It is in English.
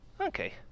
Okay